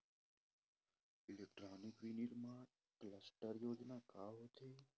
Electronic विनीर्माण cluster योजना का होथे?